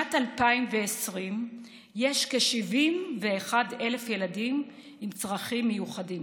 בשנת 2020 יש כ-71,000 ילדים עם צרכים מיוחדים